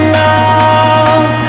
love